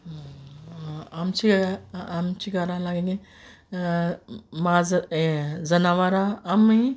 आमचे आमच घरां आहाय तीं माजरां यें जनावरां आमी